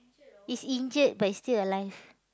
he's injured but he's still alive